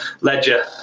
ledger